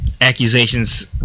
accusations